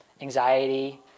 anxiety